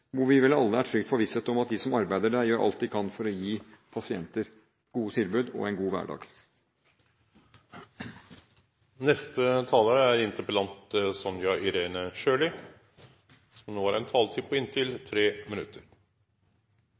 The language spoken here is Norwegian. hvor vi vel alle er trygt forvisset om at de som arbeider der, gjør alt de kan for å gi pasienter gode tilbud og en god hverdag. Jeg vil takke for svaret. Jeg tror det er